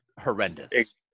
horrendous